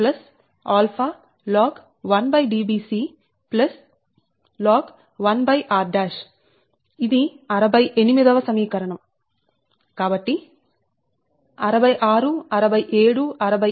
4605 𝜶2 log1Dca 𝜶 log1Dbc log 1r ఇది 68 వ సమీకరణం